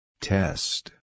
Test